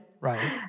Right